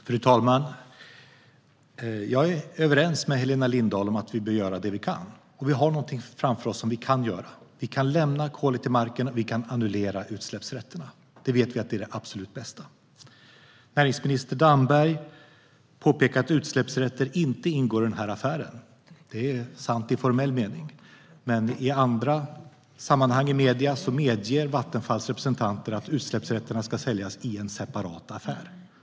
Fru talman! Jag är överens med Helena Lindahl om att vi bör göra det vi kan, och vi har någonting framför oss som vi kan göra: Vi kan lämna kolet i marken och annullera utsläppsrätterna. Vi vet att det är det absolut bästa. Näringsminister Damberg påpekar att utsläppsrätter inte ingår i affären. Det är sant i formell mening, men i andra sammanhang - i medierna - medger Vattenfalls representanter att utsläppsrätterna ska säljas i en separat affär.